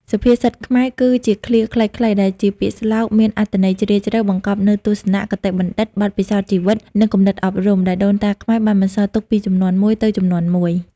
សុភាសិតខ្មែរ គឺជាឃ្លាខ្លីៗដែលជាពាក្យស្លោកមានអត្ថន័យជ្រាលជ្រៅ បង្កប់នូវទស្សនៈ គតិបណ្ឌិត បទពិសោធន៍ជីវិត និងគំនិតអប់រំ ដែលដូនតាខ្មែរបានបន្សល់ទុកពីជំនាន់មួយទៅជំនាន់មួយ។